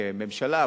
כממשלה,